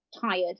tired